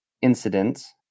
incidents